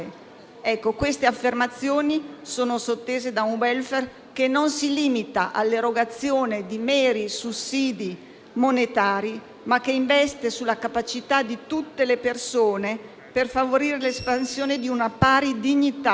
Queste affermazioni sono sottese da un *welfare* che non si limita all'erogazione di meri sussidi monetari, ma che investe sulla capacità di tutte le persone per favorire l'espansione di una pari dignità